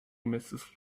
mrs